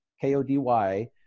K-O-D-Y